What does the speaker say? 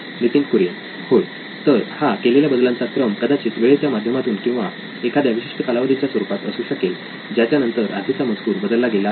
नितीन कुरियन होय तर हा केलेल्या बदलांचा क्रम कदाचित वेळेच्या माध्यमातून एखाद्या विशिष्ट कालावधीच्या स्वरूपात असू शकेल ज्याच्या नंतर आधीचा मजकूर बदलला गेला असेल